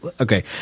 Okay